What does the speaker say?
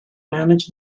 manage